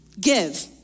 give